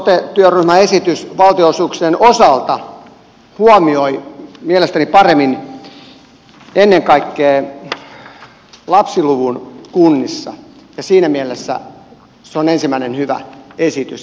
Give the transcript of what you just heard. sote työryhmän esitys valtionosuuksien osalta huomioi mielestäni paremmin ennen kaikkea lapsiluvun kunnissa ja siinä mielessä se on ensimmäinen hyvä esitys